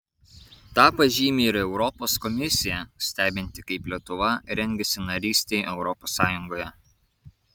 tą pažymi ir europos komisija stebinti kaip lietuva rengiasi narystei europos sąjungoje